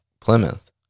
Plymouth